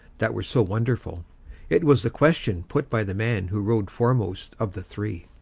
that were so wonderful it was the question put by the man who rode foremost of the three.